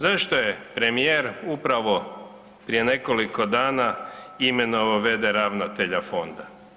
Zašto je premijer upravo prije nekoliko dana imenovao v.d. ravnatelja fonda?